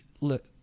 look